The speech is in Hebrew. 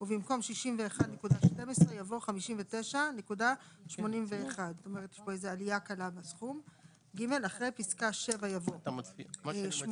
ובמקום "61.12" יבוא "59.81"; אחרי פסקה 7 יבוא (8)